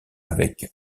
avec